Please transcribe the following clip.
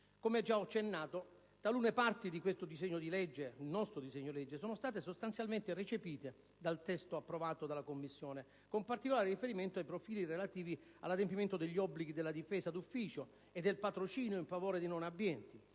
Come già accennato, talune parti di questo nostro disegno di legge sono state sostanzialmente recepite dal testo approvato dalla Commissione, con particolare riferimento ai profili relativi all'adempimento degli obblighi della difesa d'ufficio e del patrocinio in favore dei non abbienti;